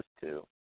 two